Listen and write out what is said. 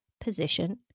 position